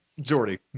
Jordy